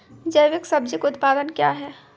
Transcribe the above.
जैविक सब्जी उत्पादन क्या हैं?